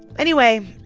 anyway,